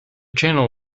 channel